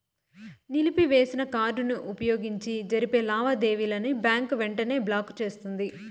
నిలిపివేసిన కార్డుని వుపయోగించి జరిపే లావాదేవీలని బ్యాంకు వెంటనే బ్లాకు చేస్తుంది